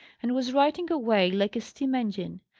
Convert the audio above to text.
and was writing away like a steam-engine.